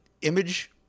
image